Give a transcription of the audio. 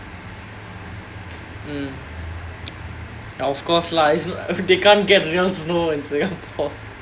ya of course lah it's not they can't get real snow in singapore